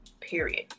period